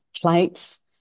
plates